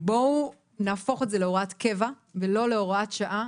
בואו נהפוך את זה להוראת קבע ולא להוראת שעה.